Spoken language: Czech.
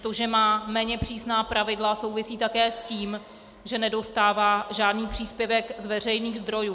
To, že má méně přísná pravidla, souvisí také s tím, že nedostává žádný příspěvek z veřejných zdrojů.